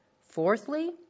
Fourthly